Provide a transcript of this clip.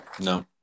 No